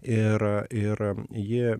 ir ir ji